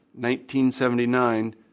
1979